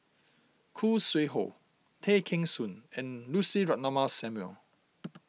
Khoo Sui Hoe Tay Kheng Soon and Lucy Ratnammah Samuel